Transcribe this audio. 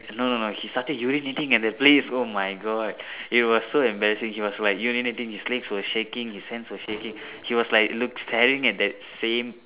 no no no he started urinating at that place oh my god it was so embarrassing he was like urinating his legs were shaking his hands were shaking he was like look staring at that same